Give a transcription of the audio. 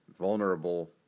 vulnerable